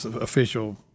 official